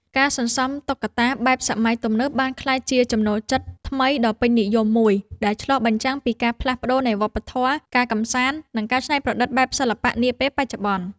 ការសន្សំតុក្កតាបែបសម័យទំនើបបានក្លាយជាចំណូលចិត្តថ្មីដ៏ពេញនិយមមួយ ដែលឆ្លុះបញ្ចាំងពីការផ្លាស់ប្តូរនៃវប្បធម៌ការកម្សាន្ត និងការច្នៃប្រឌិតបែបសិល្បៈនាពេលបច្ចុប្បន្ន។